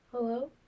Hello